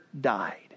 died